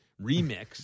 remix